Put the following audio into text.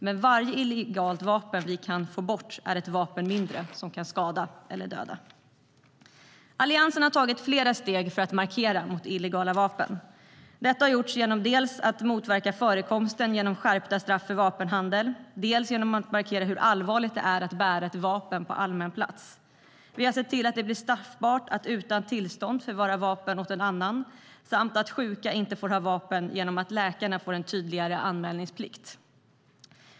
Men varje illegalt vapen vi kan få bort är ett vapen mindre som kan skada eller döda. Alliansen har tagit flera steg för att markera mot illegala vapen. Detta har man gjort genom att dels motverka förekomsten genom skärpta straff för vapenhandel, dels markera hur allvarligt det är att bära ett vapen på allmän plats. Vi har sett till att det blir straffbart att utan tillstånd förvara vapen åt någon annan samt att sjuka inte får ha vapen genom att läkarna får en tydligare anmälningsplikt.